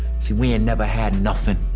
so we and never had nothing,